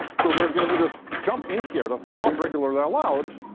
so there's going to be this jump in here that's not regularly allowed.